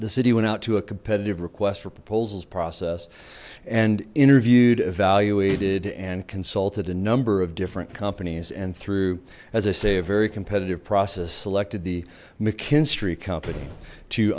the city went out to a competitive request for proposals process and interviewed evaluated and consulted a number of different companies and through as i say a very competitive process selected the